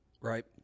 Right